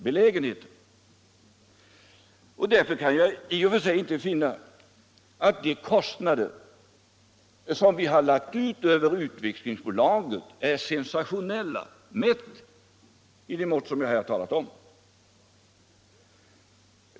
Mot denna bakgrund kan jag inte finna att de kostnader vi haft för Svenska Utvecklingsaktiebolaget är sensationella, om mun miiter i de mått som jag här talat om.